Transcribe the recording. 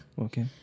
Okay